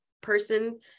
person